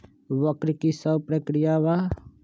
वक्र कि शव प्रकिया वा?